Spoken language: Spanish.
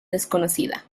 desconocida